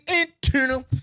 internal